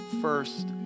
first